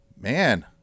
Man